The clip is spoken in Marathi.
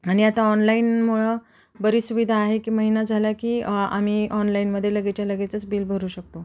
आणि आता ऑनलाईनमुळं बरी सुविधा आहे की महिना झाला की आम्ही ऑनलाईनमध्ये लगेचच्यालगेच बिल भरू शकतो